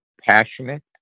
passionate